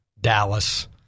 Dallas